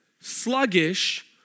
sluggish